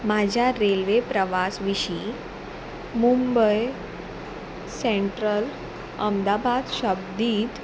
म्हाज्या रेल्वे प्रवास विशीं मुंबय सेंट्रल अमदाबाद शब्दींत